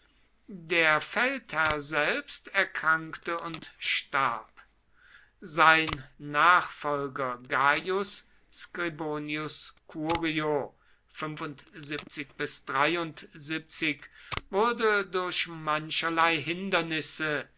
der feldherr selbst erkrankte und starb sein nachfolger gaius scribonius curio wurde durch mancherlei hindernisse